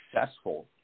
successful